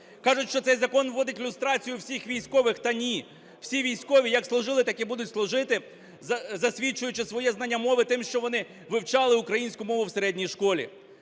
Кажуть, що цей закон вводить люстрацію всіх військових. Та ні, всі військові як служили, так і будуть служити, засвідчуючи своє знання мови тим, що вони вивчали українську мову в середній школі.